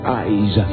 eyes